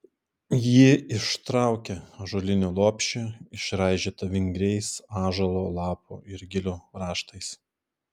ji ištraukė ąžuolinį lopšį išraižytą vingriais ąžuolo lapų ir gilių raštais